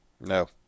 No